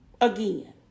again